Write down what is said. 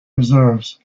reserves